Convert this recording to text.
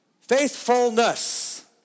Faithfulness